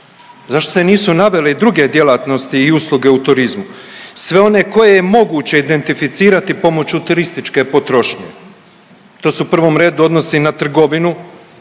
Zašto se nisu navele i druge djelatnosti i usluge u turizmu, sve one koje je moguće identificirati pomoću turističke potrošnje, to se u prvom redu odnosi na trgovinu,